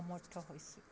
সমৰ্থ হৈছোঁ